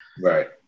Right